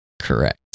Correct